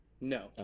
No